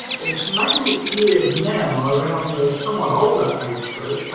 it's mainly geared now around the somewhat older age group.